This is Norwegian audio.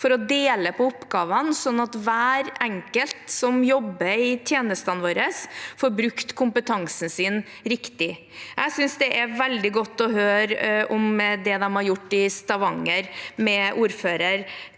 for å dele på oppgavene, sånn at hver enkelt som jobber i tjenestene våre, får brukt kompetansen sin riktig. Jeg synes det er veldig godt å høre om det de har gjort i Stavanger, med ordfører